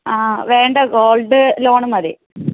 അത് വേണ്ട gold loan മതി